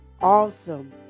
awesome